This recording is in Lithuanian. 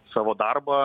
savo darbą